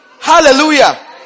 Hallelujah